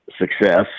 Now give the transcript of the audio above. success